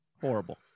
Horrible